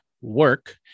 work